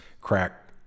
Crack